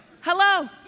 Hello